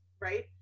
right